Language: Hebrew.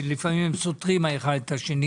שלפעמים הם סותרים האחד את השני